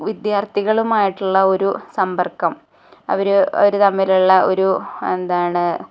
വിദ്യര്ത്ഥികളുമായിട്ടുള്ള ഒരു സമ്പര്ക്കം അവർ അവർ തമ്മിലുള്ള ഒരു എന്താണ്